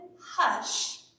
hush